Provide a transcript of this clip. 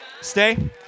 stay